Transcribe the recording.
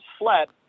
flat